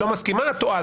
את טועה.